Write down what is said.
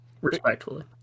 Respectfully